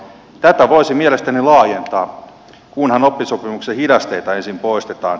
tätä voisi mielestäni laajentaa kunhan oppisopimuksen hidasteita ensin poistetaan